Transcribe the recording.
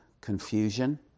confusion